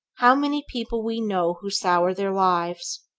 how many people we know who sour their lives,